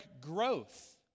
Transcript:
growth